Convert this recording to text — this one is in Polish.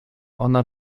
ona